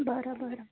बरं बरं